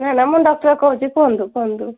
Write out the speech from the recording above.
madam ମୁଁ doctor କହୁଛି କୁହନ୍ତୁ କୁହନ୍ତୁ